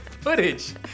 footage